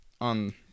on